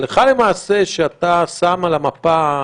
הלכה למעשה כשאתה שם על המפה,